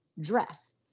dress